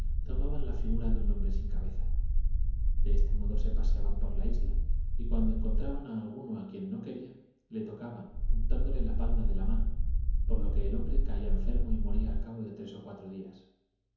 tomaban la figura de un hombre sin cabeza de este modo se paseaban por la isla y cuando encontraban alguno a quien no querían le tocaban untándole la palma de la mano por lo que el hombre caía enfermo y moría al cabo de tres o cuatro días